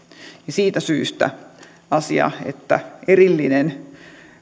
siitä syystä tulee se asia että erillinen